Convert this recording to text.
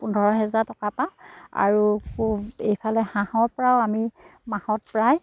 পোন্ধৰ হেজাৰ টকা পাওঁ আৰু এইফালে হাঁহৰপৰাও আমি মাহত প্ৰায়